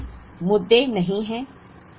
उस पर कोई मुद्दे नहीं हैं